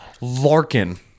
Larkin